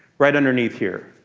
right underneath here.